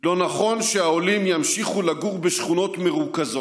לא נכון שהעולים ימשיכו לגור בשכונות מרוכזות.